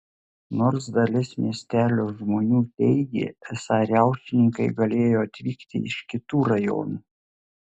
nors dalis miestelio žmonių teigė esą riaušininkai galėjo atvykti iš kitų rajonų